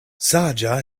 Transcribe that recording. saĝa